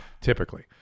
typically